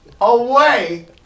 away